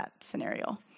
scenario